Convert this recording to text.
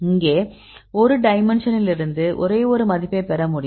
இங்கே ஒரு டைமென்ஷனிலிருந்து ஒரே ஒரு மதிப்பைப் பெற முடியும்